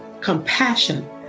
compassion